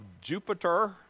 Jupiter